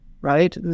Right